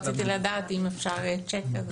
רציתי לדעת אם אפשר לקבל צ'ק כזה.